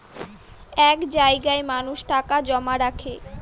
এক জায়গায় মানুষ টাকা জমা রাখে